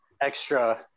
extra